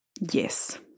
Yes